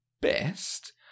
best